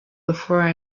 before